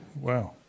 Wow